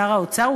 שר האוצר?